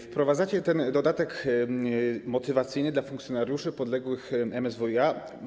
Wprowadzacie dodatek motywacyjny dla funkcjonariuszy podległych MSWiA.